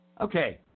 Okay